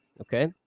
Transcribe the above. okay